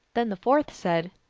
then the fourth said,